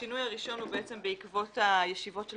השינוי הראשון הוא בעקבות הישיבות של